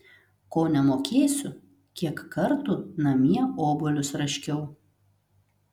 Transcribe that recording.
ko nemokėsiu kiek kartų namie obuolius raškiau